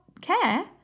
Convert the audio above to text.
care